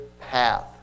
path